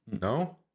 No